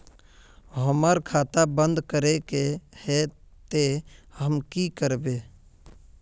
हमर खाता बंद करे के है ते हम की करबे?